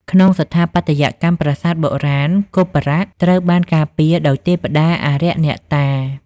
ក្នុងស្ថាបត្យកម្មប្រាសាទបុរាណ គោបុរៈ ត្រូវបានការពារដោយទេព្តាអារក្សអ្នកតា។